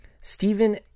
Stephen